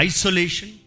Isolation